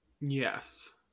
Yes